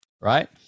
right